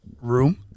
room